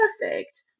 perfect